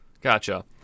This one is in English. Gotcha